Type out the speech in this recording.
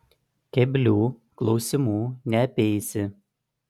keblių klausimų neapeisi